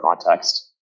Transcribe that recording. context